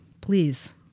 Please